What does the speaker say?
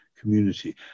community